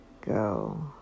Go